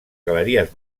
galeries